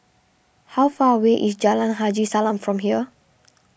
how far away is Jalan Haji Salam from here